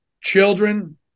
children